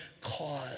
cause